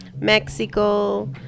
Mexico